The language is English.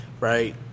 right